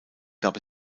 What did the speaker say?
gab